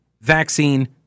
vaccine